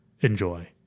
enjoy